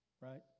right